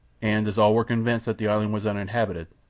and as all were convinced that the island was uninhabited,